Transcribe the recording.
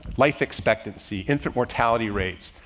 life expectancy, infant mortality rates,